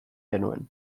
genuen